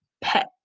pet